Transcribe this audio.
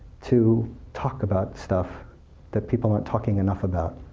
to talk about stuff that people aren't talking enough about.